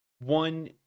one